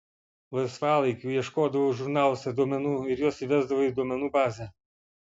laisvalaikiu ieškodavau žurnaluose duomenų ir juos įvesdavau į duomenų bazę